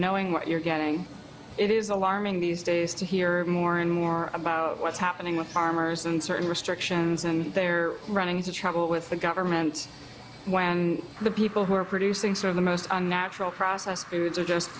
knowing what you're getting it is alarming these days to hear more and more about what's happening with farmers and certain restrictions and they're running into trouble with the government when the people who are producing some of the most unnatural processed foods are just